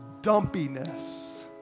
dumpiness